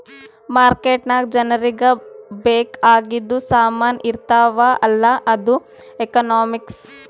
market ನಾಗ್ ಜನರಿಗ ಬೇಕ್ ಆಗಿದು ಸಾಮಾನ್ ಇರ್ತಾವ ಅಲ್ಲ ಅದು ಎಕನಾಮಿಕ್ಸ್